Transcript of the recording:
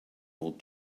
old